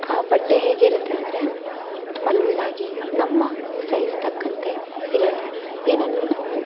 ಆ ಬಟ್ಟೆ ಹೇಗಿರುತ್ತೆ ಅಂದರೆ ತುಂಬ ಲೂಸಾಗಿ ನಮ್ಮ ಸೈಜ್ ತಕ್ಕಂತೆ ಇರಲ್ಲ ಏನಂದರೂ ನಾವು